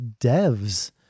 devs